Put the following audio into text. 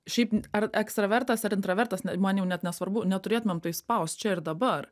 šiaip n ar ekstravertas ar intravertas ne man jau net nesvarbu neturėtumėm tai spaust čia ir dabar